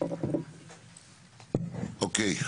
אוקיי.